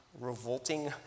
revolting